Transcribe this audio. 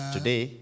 Today